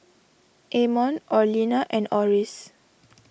Amon Orlena and Oris